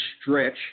stretch